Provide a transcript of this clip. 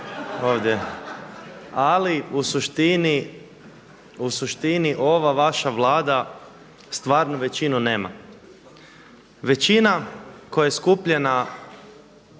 ovdje je, ali u suštini ova vaša Vlada stvarnu većinu nema. Većina koja je skupljena